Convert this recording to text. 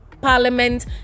parliament